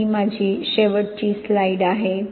तर ही माझी शेवटची स्लाइड आहे